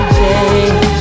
change